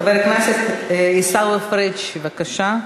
חבר הכנסת עיסאווי פריג', בבקשה.